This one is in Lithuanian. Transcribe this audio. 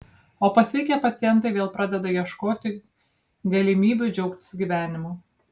o pasveikę pacientai vėl pradeda ieškoti galimybių džiaugtis gyvenimu